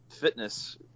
fitness